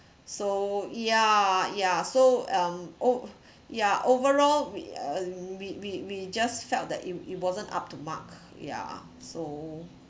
so ya ya so um o~ yeah overall we uh we we we just felt that it it wasn't up to mark ya so